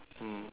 mm